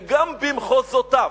וגם במחוזותיו.